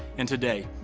and today,